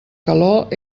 calor